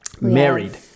married